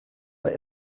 war